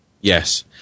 yes